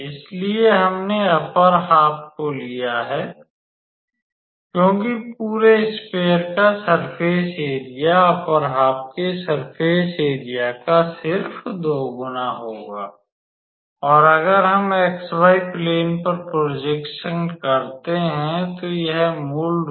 इसलिए हमने upper half को लिया है क्योंकि पूरे स्फेयर का सर्फ़ेस एरिया अपर हाफ केसर्फ़ेस एरिया का सिर्फ दोगुना होगा और अगर हम xy प्लेन पर प्रोजेक्सन करते हैं तो यह मूल रूप से एक सर्कल होगा